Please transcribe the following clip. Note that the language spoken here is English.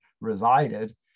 resided